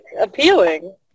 Appealing